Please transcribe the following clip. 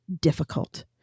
difficult